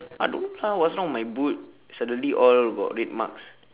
I don't lah what's wrong with my boot suddenly all got red marks